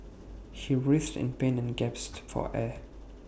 he writhed in pain and gasped for air